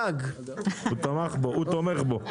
ראש הממשלה אביר קארה: הוא תומך בו,